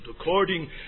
according